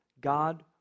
God